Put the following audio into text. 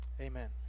Amen